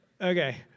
Okay